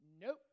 nope